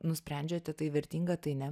nusprendžiate tai vertinga tai ne